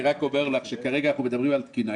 אני רק אומר לך שכרגע אנחנו מדברים על תקינה.